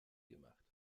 gemacht